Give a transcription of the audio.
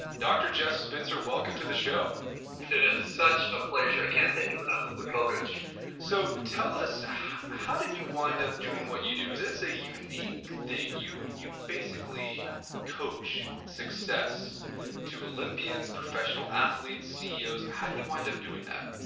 dr. jeff spencer, welcome to the show it is such a pleasure, i can't thank you enough for the privilege so tell us how did you wind up doing what you do? because it's a unique thing. you you basically coach success to olympians, professional athletes, ceos, how do you wind up doing that?